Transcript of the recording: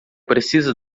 precisa